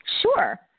Sure